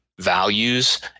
values